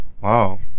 Wow